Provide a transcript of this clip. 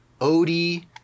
Odie